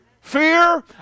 Fear